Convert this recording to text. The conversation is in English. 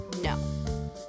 no